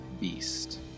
beast